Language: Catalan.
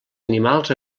animals